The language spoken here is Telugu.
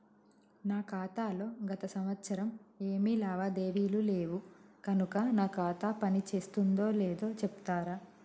నా ఖాతా లో గత సంవత్సరం ఏమి లావాదేవీలు లేవు కనుక నా ఖాతా పని చేస్తుందో లేదో చెప్తరా?